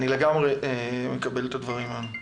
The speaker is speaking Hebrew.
אני לגמרי מקבל את הדברים האלה.